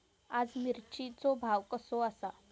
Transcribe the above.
आज मिरचेचो भाव कसो आसा?